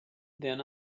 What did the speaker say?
then